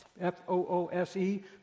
F-O-O-S-E